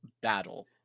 battle